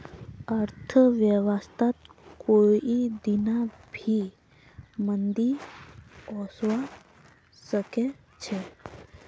अर्थव्यवस्थात कोई दीना भी मंदी ओसवा सके छे